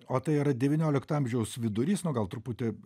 o tai yra devyniolikto amžiaus vidurys na gal truputį